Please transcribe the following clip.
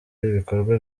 ibikorwa